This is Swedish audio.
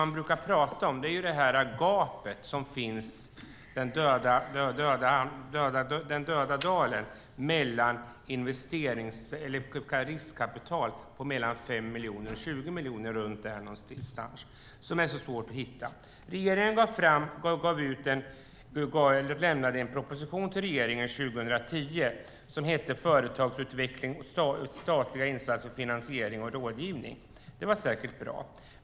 Man brukar prata om det gap som finns när det gäller riskkapital, den döda dalen på mellan 5 och 20 miljoner, som är så svåra att hitta. Regeringen lade 2010 fram en proposition som hette Företagsutveckling - statliga insatser för finansiering och rådgivning . Det var säkert bra.